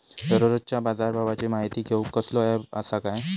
दररोजच्या बाजारभावाची माहिती घेऊक कसलो अँप आसा काय?